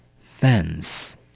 fence